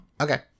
Okay